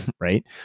right